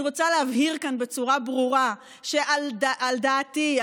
אני רוצה להבהיר כאן בצורה ברורה שלא עולה על דעתי,